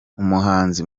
umuhanzi